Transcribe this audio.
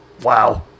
Wow